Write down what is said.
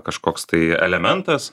kažkoks tai elementas